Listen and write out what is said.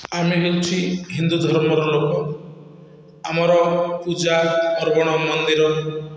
ଆମେ ହେଉଛି ହିନ୍ଦୁ ଧର୍ମର ଲୋକ ଆମର ପୂଜା ପର୍ବଣ ମନ୍ଦିର